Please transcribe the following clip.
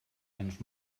ens